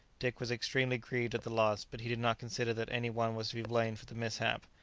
dick was extremely grieved at the loss but he did not consider that any one was to be blamed for the mishap,